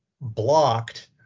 blocked